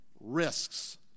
risks